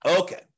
Okay